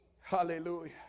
Hallelujah